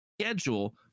schedule